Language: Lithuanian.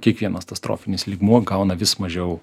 kiekvienas tas trofinis lygmuo gauna vis mažiau